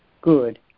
good